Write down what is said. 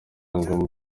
ngo